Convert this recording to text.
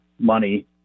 money